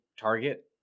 target